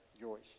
Joyce